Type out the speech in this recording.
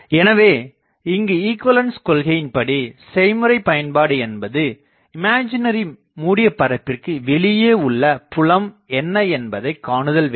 எனவே இங்கு ஈகுவலன்ஸ் கொள்கையின்படி செய்முறை பயன்பாடு என்பது இமேஜனரி மூடிய பரப்பிற்கு வெளியே உள்ள புலம் என்ன என்பதைக் காணுதல் வேண்டும்